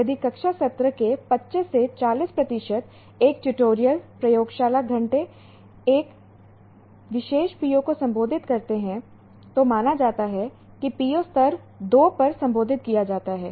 यदि कक्षा सत्र के 25 से 40 प्रतिशत एक ट्यूटोरियल प्रयोगशाला घंटे एक विशेष PO को संबोधित करते हैं तो माना जाता है कि PO स्तर 2 पर संबोधित किया जाता है